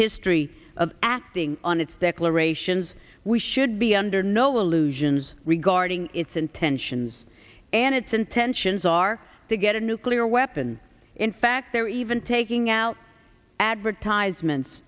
history of acting on its declarations we should be under no illusions regarding its intentions and its intentions are to get a nuclear weapon in fact they're even taking out advertisements